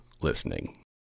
listening